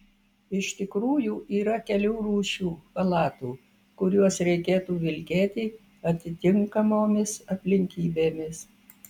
iš tikrųjų yra kelių rūšių chalatų kuriuos reikėtų vilkėti atitinkamomis aplinkybėmis